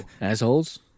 assholes